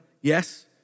Yes